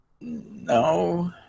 No